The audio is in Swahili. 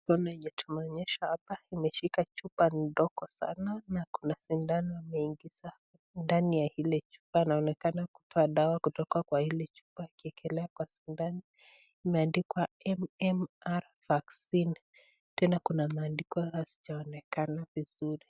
Mikono yenye tunaonyeshwa hapa imeshika chupa ndogo sana na kuna sindano imeingizwa ndani ya hili chupa. Naonekana kutoa dawa kutoka kwa hili chupa kielekea kwa sindano. Imeandikwa MMR vaccine. Tena kuna maandikwa hazijaonekana vizuri.